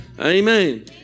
Amen